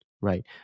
right